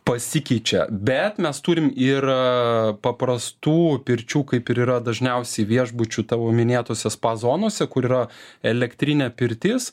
pasikeičia bet mes turime ir paprastų pirčių kaip ir yra dažniausiai viešbučių tavo minėtose spa zonose kur yra elektrinė pirtis